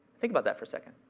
think about that for a second.